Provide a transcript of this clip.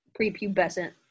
prepubescent